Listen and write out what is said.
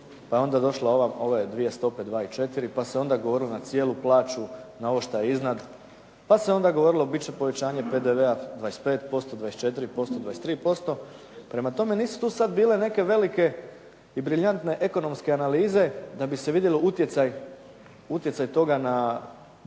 pa su onda došle ove dvije stope 2 i 4, pa se onda govorilo na cijelu plaću, na ovo što je iznad. Pa se onda govorilo biti će povećanje PDV-a 25%, 24%, 23%. Prema tome, nisu tu sad bile neke velike i briljantne ekonomske analize da bi se vidio utjecaj toga na